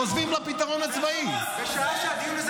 חוזרים לפתרון הצבאי --- זאת אומרת שהלחץ הצבאי לא עוזר.